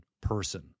person